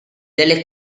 delle